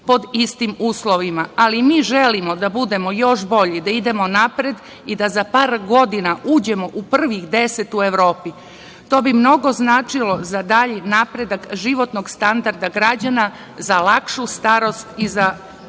pod istim uslovima. Ali, mi želimo da budemo još bolji, da idemo napred i da za par godina uđemo u prvih 10 u Evropi. To bi mnogo značilo za dalji napredak životnog standarda građana, za lakšu starost i za